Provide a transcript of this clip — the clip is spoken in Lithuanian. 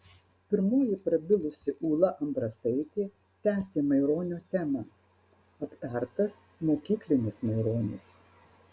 pirmoji prabilusi ūla ambrasaitė tęsė maironio temą aptartas mokyklinis maironis